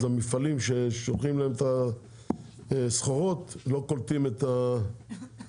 המפעלים ששולחים להם את הסחורות לא קולטים את הסחורות,